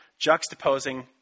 juxtaposing